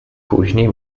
później